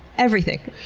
everything.